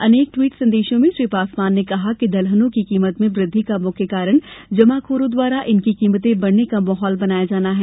अनेक टिवट संदेशों में श्री पासवान ने कहा है कि दालहनों की कीमत में वृद्धि का मुख्य कारण जमाखोरों द्वारा इनकी कीमतें बढ़ने का माहौल बनाया जाना है